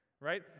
right